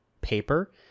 paper